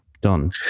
Done